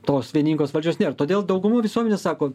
tos vieningos valdžios nėr todėl dauguma visuomenės sako